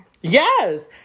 Yes